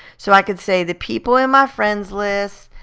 so i can say the people in my friend's list,